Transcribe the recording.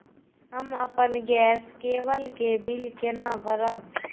हम अपन गैस केवल के बिल केना भरब?